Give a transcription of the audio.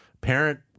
parent